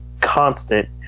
constant